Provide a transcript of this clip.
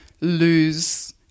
lose